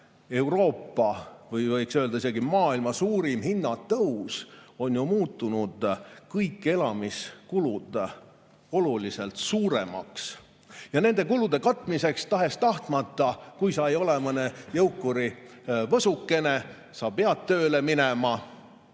isegi maailma suurim hinnatõus on muutnud elamiskulud oluliselt suuremaks. Nende kulude katmiseks tahes-tahtmata, kui sa ei ole mõne jõukuri võsukene, sa pead tööle minema.